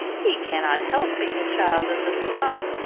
he cannot help being a child of the slums,